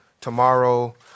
tomorrow